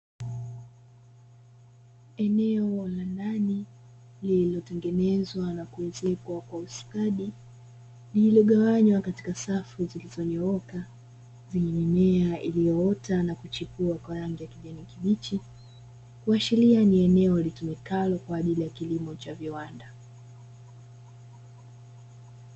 Eneo la ndani lililotengenezwa na kuezekwa Kwa ustadi, liliyogawanywa katika safu zilizonyooka zenye mimea iliyoota na kuchipua kwa rangi ya kijani kibichi, kuashiria ni eneo litumikalo kwaajili ya kilimo cha viwanda.